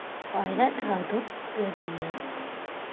ᱯᱟᱭᱨᱟᱜ ᱴᱷᱟᱶ ᱫᱚ ᱜᱟᱹᱰᱭᱟᱹ